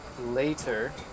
Later